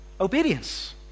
obedience